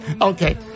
Okay